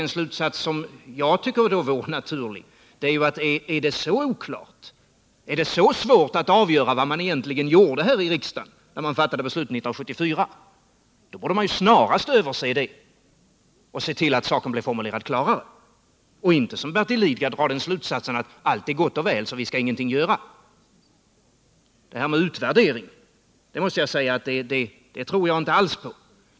Den slutsats jag tycker vore naturlig att dra är att om det är så oklart och så svårt att avgöra vad man egentligen gjorde här i riksdagen när man fattade beslutet 1974, borde man snarast se till att lagen blir formulerad klarare och inte, som Bertil Lidgard gör, dra slutsatsen att allt är gott och väl så att man ingenting skall göra. Detta med utvärdering tror jag inte alls på.